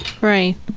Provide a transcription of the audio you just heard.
Right